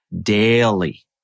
daily